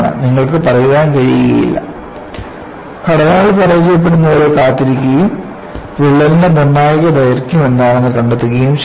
നിങ്ങൾക്ക് പറയാൻ കഴിയില്ല ഘടനകൾ പരാജയപ്പെടുന്നതുവരെ കാത്തിരിക്കുകയും വിള്ളലിന്റെ നിർണ്ണായക ദൈർഘ്യം എന്താണെന്ന് കണ്ടെത്തുകയും ചെയ്യണം